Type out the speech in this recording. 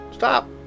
stop